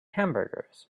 hamburgers